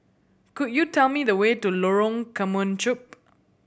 could you tell me the way to Lorong Kemunchup